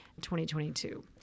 2022